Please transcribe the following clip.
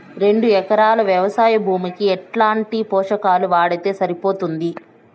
రెండు ఎకరాలు వ్వవసాయ భూమికి ఎట్లాంటి పోషకాలు వాడితే సరిపోతుంది?